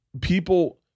people